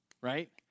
right